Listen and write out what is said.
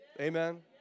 Amen